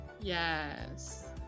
yes